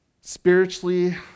Spiritually